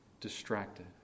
distracted